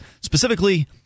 specifically